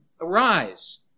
Arise